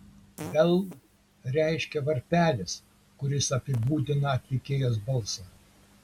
bell reiškia varpelis kuris apibūdina atlikėjos balsą